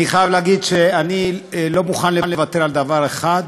אני חייב להגיד שאני לא מוכן לוותר על דבר אחד,